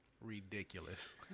ridiculous